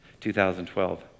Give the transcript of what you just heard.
2012